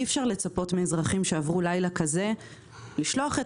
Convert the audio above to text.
אי-אפשר לצפות מאזרחים שעברו לילה כזה לשלוח את